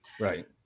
Right